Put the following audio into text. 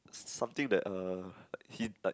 s~ something that uh like he like